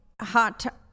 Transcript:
Hot